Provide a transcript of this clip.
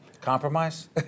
Compromise